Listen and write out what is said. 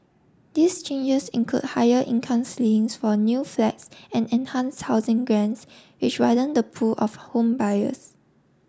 these changes include higher income ceilings for new flats and enhance housing grants which widen the pool of home buyers